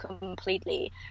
completely